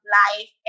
life